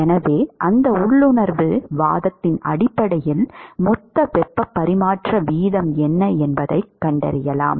எனவே அந்த உள்ளுணர்வு வாதத்தின் அடிப்படையில் மொத்த வெப்பப் பரிமாற்ற வீதம் என்ன என்பதைக் கண்டறியலாம்